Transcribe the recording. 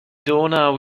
donau